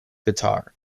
guitar